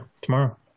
tomorrow